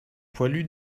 poilus